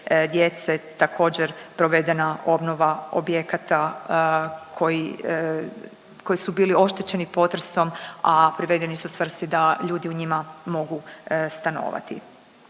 djece također provedena obnova objekata koji, koji su bili oštećeni potresom, a privedeni su svrsi da ljudi u njima mogu stanovati.